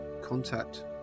contact